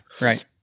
Right